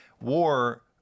war